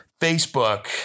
Facebook